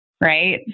right